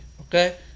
okay